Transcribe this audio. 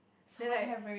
then I